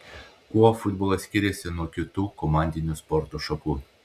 kuo futbolas skiriasi nuo kitų komandinių sporto šakų